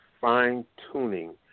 fine-tuning